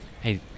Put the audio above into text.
Hey